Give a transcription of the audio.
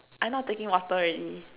I not taking water already